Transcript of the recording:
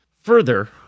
further